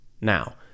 Now